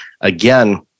again